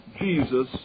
Jesus